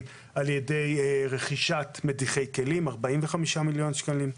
על ידי רכישת מדיחי כלים - 45 מיליון שקלים.